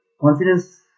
confidence